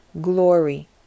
glory